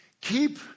keep